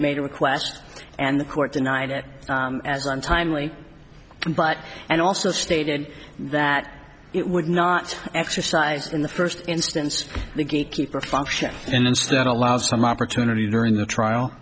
made a request and the court denied it as untimely but and also stated that it would not exercise in the first instance the gatekeeper function and instead allowed some opportunity during the trial